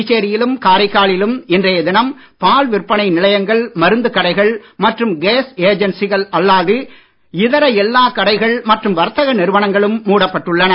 புதுச்சேரியிலும் காரைக்காலிலும் இன்றைய தினம் பால் விற்பனை நிலையங்கள் மருந்துக் கடைகள் மற்றும் கேஸ் ஏஜன்சிகள் அல்லாது இதர எல்லா கடைக மற்றும் வர்த்தக நிறுவனங்களும் மூடப்பட்டுள்ளன